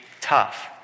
tough